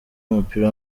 w’umupira